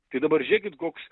tai dabar žiūrėkit koks